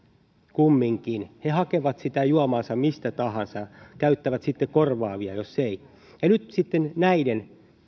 kumminkin he hakevat sitä juomaansa mistä tahansa ja käyttävät sitten korvaavia jos ei ja nyt näiden